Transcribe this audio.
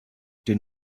den